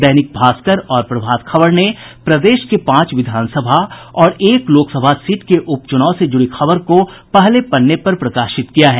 दैनिक भास्कर और प्रभात खबर ने प्रदेश के पांच विधानसभा और एक लोकसभा सीट के उपचुनाव से जुड़ी खबर को पहले पन्ने पर प्रकाशित किया है